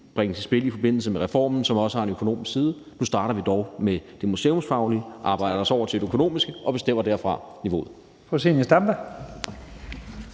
bringes i spil i forbindelse med reformen, som også har en økonomisk side. Nu starter vi dog med det museumsfaglige og arbejder os så over til det økonomiske og bestemmer niveauet